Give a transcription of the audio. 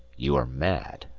you are mad.